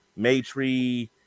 maytree